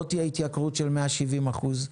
לא תהיה התייקרות של 170 אחוז,